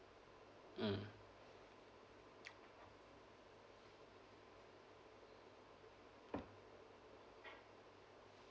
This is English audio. mm